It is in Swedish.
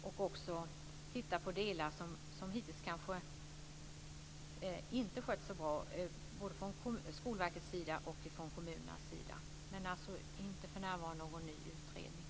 Vi ska också titta på delar som hittills kanske inte har skötts så bra, och det gäller både Skolverket och kommunerna. Det blir alltså inte någon ny utredning för närvarande.